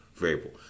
variable